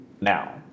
Now